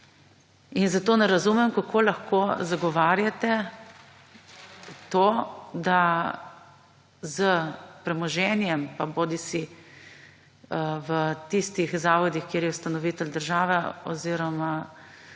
In zato ne razumem, kako lahko zagovarjate to, da s premoženjem, pa bodisi v tistih zavodih, kjer je ustanovitelj država, oziroma